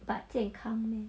but 健康 meh